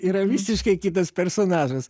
yra visiškai kitas personažas